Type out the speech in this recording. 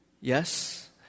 Yes